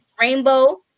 Rainbow